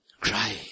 cry